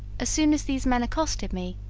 ah soon as these men accosted me,